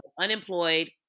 unemployed